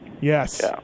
Yes